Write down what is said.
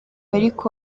ariko